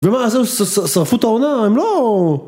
ומה, אז הם שרפו את העונה, הם לא...